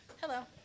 Hello